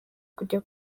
kujya